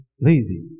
lazy